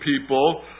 people